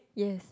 yes